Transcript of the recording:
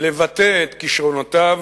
לבטא את כשרונותיו